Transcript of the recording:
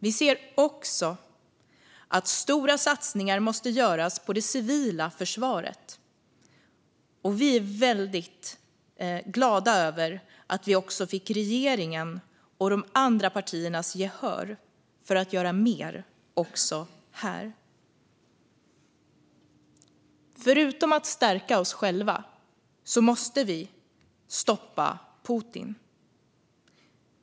Vi ser också att stora satsningar måste göras på det civila försvaret, och vi är väldigt glada över att vi också fick regeringens och de andra partiernas gehör för att göra mer också där. Förutom att stärka oss själva måste vi stoppa Putin.